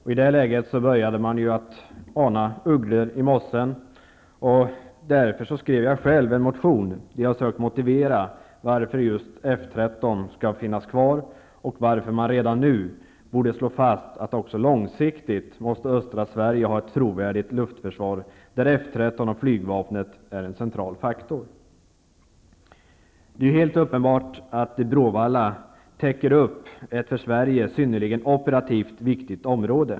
I det läget började man ana ugglor i mossen, och därför skrev jag själv en motion där jag sökt motivera varför just F 13 skall finnas kvar och varför man redan nu borde slå fast att östra Sverige också långsiktigt måste ha ett trovärdigt luftförsvar, där F 13 och flygvapnet är en central faktor. Det är helt uppenbart att Bråvalla täcker upp ett för Sverige synnerligen operativt viktigt område.